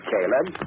Caleb